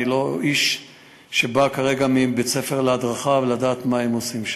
אני לא איש שבא כרגע מבית-ספר להדרכה ויודע מה הם עושים שם.